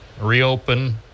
reopen